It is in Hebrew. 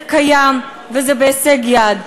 זה קיים וזה בהישג יד.